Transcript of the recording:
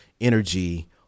energy